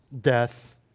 death